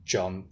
John